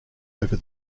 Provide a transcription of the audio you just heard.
over